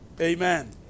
Amen